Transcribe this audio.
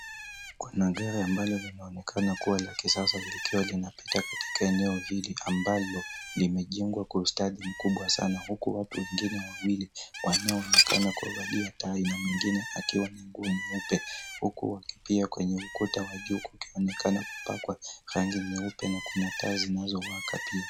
Kuna gari ambalo linaonekana kuwa la kisasa likiwa linapita katika eneo hili ambalo limejengwa kwa ustadi mkubwa sana huku watu wengine wawili wanao onekana kuvalia tai na mwengine akiwa na nguo nyeupe huku wakipia kwenye ukuta wa juu kukionekana kupakwa rangi nyeupe na kuna taa zinazowaka pia.